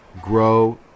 grow